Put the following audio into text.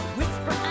whisper